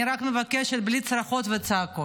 אני רק מבקשת בלי צרחות וצעקות,